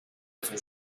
تون